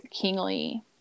kingly